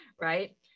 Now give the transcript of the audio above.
right